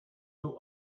two